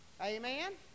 Amen